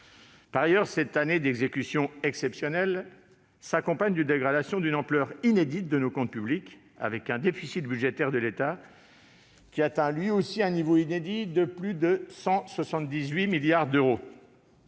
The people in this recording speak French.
Par ailleurs, cette année d'exécution exceptionnelle s'accompagne d'une dégradation d'une ampleur inédite de nos comptes publics, avec un déficit budgétaire de l'État d'un niveau tout aussi inédit de plus de 178 milliards d'euros.